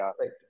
Right